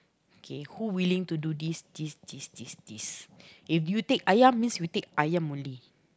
kay who willing to do this this this this this if you take ayam means you take ayam only